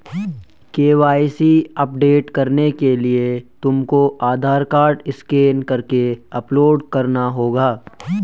KYC update करने के लिए तुमको आधार कार्ड स्कैन करके अपलोड करना होगा